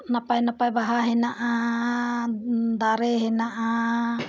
ᱱᱟᱯᱟᱭ ᱱᱟᱯᱟᱭ ᱵᱟᱦᱟ ᱦᱮᱱᱟᱜᱼᱟ ᱫᱟᱨᱮ ᱦᱮᱱᱟᱜᱼᱟ